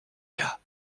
cas